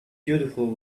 beautiful